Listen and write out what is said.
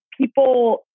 people